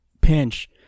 pinch